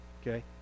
Okay